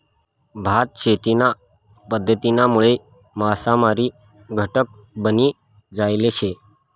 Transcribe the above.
भात शेतीना पध्दतीनामुळे मासामारी घटक बनी जायल शे